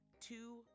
two